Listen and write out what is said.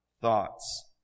thoughts